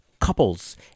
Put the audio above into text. Couples